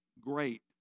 great